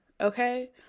Okay